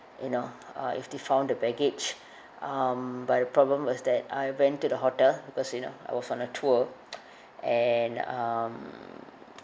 you know uh if they found the baggage um but the problem was that I went to the hotel because you know I was on a tour and um